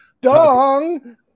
Dong